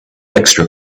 extra